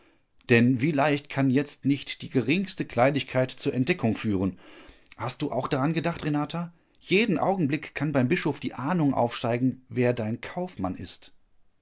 denn wie leicht kann jetzt nicht die geringste kleinigkeit zur entdeckung führen hast du auch daran gedacht renata jeden augenblick kann beim bischof die ahnung aufsteigen wer dein kaufmann ist